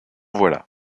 voilà